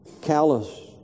callous